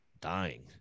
dying